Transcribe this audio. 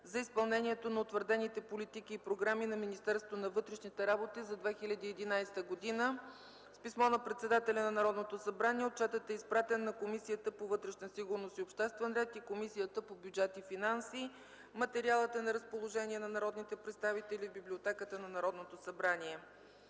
за изпълнението на утвърдените политики и програми на Министерството на вътрешните работи за 2011 г. С писмо на председателя на Народното събрание отчетът е изпратен на Комисията по вътрешна сигурност и обществен ред и на Комисията по бюджет и финанси. Материалът е на разположение на народните представители в Библиотеката на Народното събрание.